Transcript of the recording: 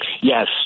Yes